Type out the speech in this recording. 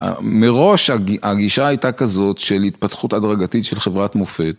מראש הגישה הייתה כזאת של התפתחות הדרגתית של חברת מופת.